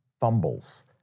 fumbles